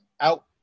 out